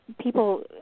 people